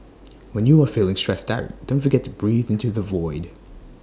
when you are feeling stressed out don't forget to breathe into the void